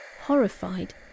Horrified